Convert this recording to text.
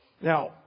Now